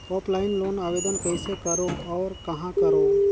Offline loan आवेदन कइसे करो और कहाँ करो?